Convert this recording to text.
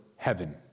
heaven